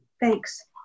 Thanks